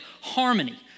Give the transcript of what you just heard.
harmony